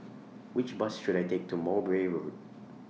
Which Bus should I Take to Mowbray Road